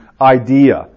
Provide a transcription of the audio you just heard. idea